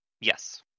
Yes